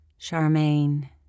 Charmaine